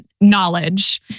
knowledge